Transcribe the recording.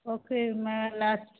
okay मागीर last